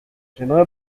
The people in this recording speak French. j’aimerais